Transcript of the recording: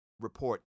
report